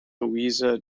louisa